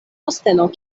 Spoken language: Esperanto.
posteno